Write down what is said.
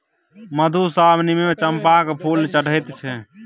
मधुश्रावणीमे चंपाक फूल चढ़ैत छै